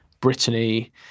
Brittany